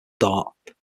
dart